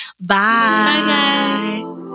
Bye